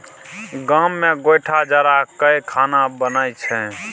गाम मे गोयठा जरा कय खाना बनइ छै